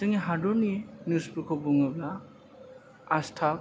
जोंनि हादरनि निउसफोरखौ बुङोब्ला आज तक